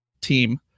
team